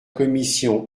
commission